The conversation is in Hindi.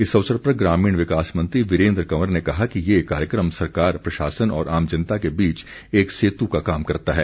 इस अवसर पर ग्रामीण विकास मंत्री वीरेन्द्र कंवर ने कहा कि ये कार्यक्रम सरकार प्रशासन और आम जनता के बीच एक सेतु का काम करता है